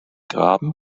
graben